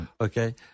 Okay